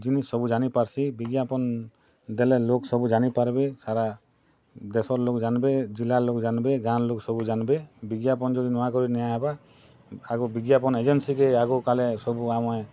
ଜିନିଷ୍ ସବୁ ଜାନିପାର୍ସି ବିଜ୍ଞାପନ୍ ଦେଲେ ଲୋକ୍ ସବୁ ଜାନିପାର୍ବେ ସାରା ଦେଶ୍ର ଲୋକ୍ ଜାନ୍ବେ ଜିଲ୍ଳାର୍ ଲୋକ୍ ଜାନ୍ବେ ଗାଁ'ର୍ ଲୋକ୍ ସବୁ ଜାନ୍ବେ ବିଜ୍ଞାପନ୍ ଜଦି ନୁଆଁକରି ନିଆହେବା ଆଗ ବିଜ୍ଞାପନ୍ ଏଜେନ୍ସିକେ ଆଗର୍କାଲେ ସବୁ ଆମେ